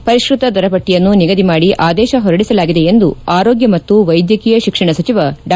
ಪರಿಷ್ಕೃತ ದರಪಟ್ಟಿಯನ್ನು ನಿಗದಿ ಮಾಡಿ ಆದೇಶ ಹೊರಡಿಸಲಾಗಿದೆ ಎಂದು ಆರೋಗ್ಯ ಮತ್ತು ವೈದ್ಯಕೀಯ ಶಿಕ್ಷಣ ಸಚಿವ ಡಾ